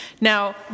Now